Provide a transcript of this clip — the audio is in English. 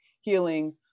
healing